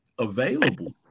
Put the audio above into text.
available